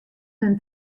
men